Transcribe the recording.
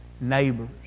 neighbors